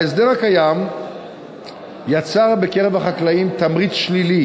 ההסדר הקיים יצר בקרב החקלאים תמריץ שלילי